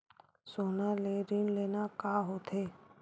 सोना ले ऋण लेना का होथे?